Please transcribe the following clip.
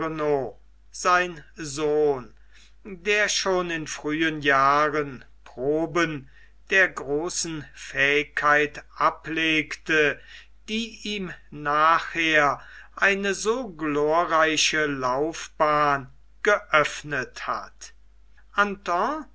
sein sohn der schon in frühen jahren proben der großen fähigkeit ablegte die ihm nachher eine so glorreiche laufbahn geöffnet hat anton